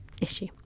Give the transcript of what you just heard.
issue